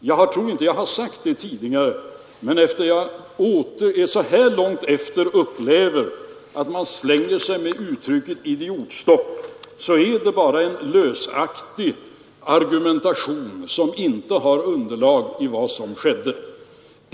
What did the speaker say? Jag tror inte att jag har sagt det tidigare, men när jag så här långt efteråt upplever att man slänger omkring sig uttrycket idiotstopp, så vill jag säga att det bara är en löslig argumentation som inte har underlag i vad som skedde.